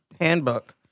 handbook